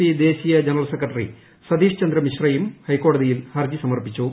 P ദേശീയ general secretary Satish Chandra മിശ്രയും ഹൈക്കോടതിയിൽ ഹർജി സമർപ്പിച്ചു